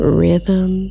rhythm